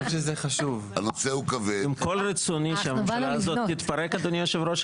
עם כל רצוני שהממשלה הזאת תתפרק אדוני יושב הראש,